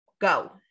go